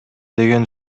деген